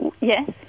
Yes